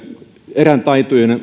erätaitojen